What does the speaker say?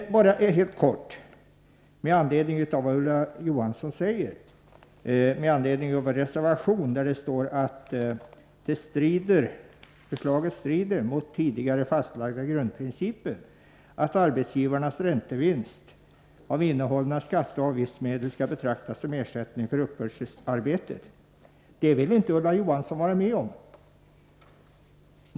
Sedan bara några ord med anledning av vad Ulla Johansson sade beträffande vår reservation. I reservationen står att förslaget strider mot den tidigare fastlagda grundprincipen att arbetsgivarnas räntevinst av innehållna skatteoch avgiftsmedel skall betraktas som ersättning för uppbördsarbetet. Detta vill inte Ulla Johansson vara med om.